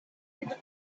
area